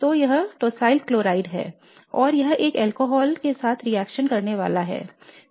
तो यह टोसाइलक्लोराइड है और यह एक अल्कोहल के साथ रिएक्शन करने वाला है